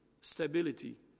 stability